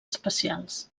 especials